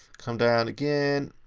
come down again.